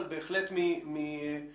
אבל בהחלט מהצפה,